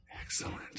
Excellent